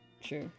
Sure